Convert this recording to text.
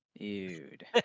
dude